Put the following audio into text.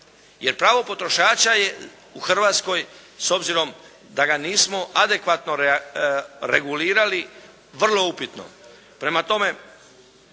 Jer pravo potrošača je u Hrvatskoj s obzirom da ga nismo adekvatno regulirali vrlo upitno. Prema tome,